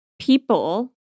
people